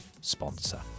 sponsor